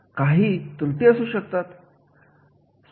जे मदतनीस असतात त्यांना प्रशिक्षणाची गरज असते